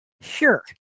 Sure